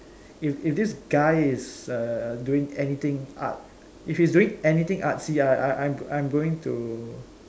if if this guy is uh doing anything art if he's doing anything artsy ah I'm going to